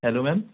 hello ma'am